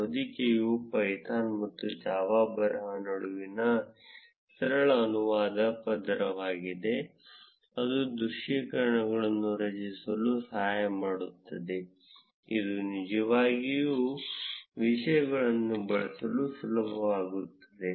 ಹೊದಿಕೆಯು ಪೈಥಾನ್ ಮತ್ತು ಜಾವಾ ಬರಹ ನಡುವಿನ ಸರಳ ಅನುವಾದ ಪದರವಾಗಿದೆ ಇದು ದೃಶ್ಯೀಕರಣಗಳನ್ನು ರಚಿಸಲು ಸಹಾಯ ಮಾಡುತ್ತದೆ ಇದು ನಿಜವಾಗಿಯೂ ವಿಷಯಗಳನ್ನು ಬಳಸಲು ಸುಲಭವಾಗುತ್ತದೆ